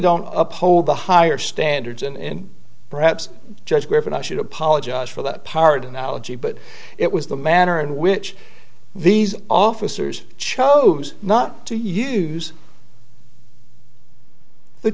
don't uphold the higher standards and perhaps judge griffin i should apologize for that part analogy but it was the manner in which these officers chose not to use the